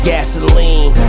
Gasoline